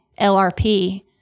LRP